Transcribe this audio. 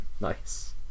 Nice